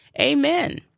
Amen